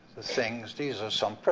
the things. these are some